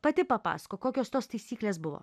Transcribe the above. pati papasakok kokios tos taisyklės buvo